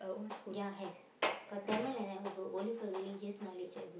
ya have but Tamil I never go only for religious knowledge I go